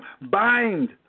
Bind